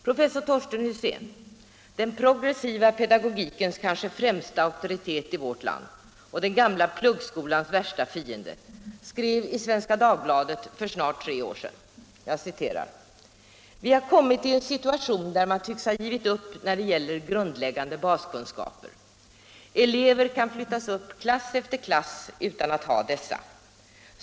Professor Torsten Husén, den progressiva pedagogikens kanske främsta auktoritet i vårt land och den gamla pluggskolans värsta fiende, skrev i Svenska Dagbladet för snart tre år sedan: ”Vi har kommit i en situation där man tycks ha givit upp när det gäller grundläggande baskunskaper. Elever kan flyttas upp klass efter klass utan att ha dessa.